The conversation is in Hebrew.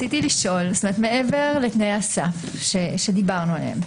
מעבר לתנאי הסף שדיברנו עליהם,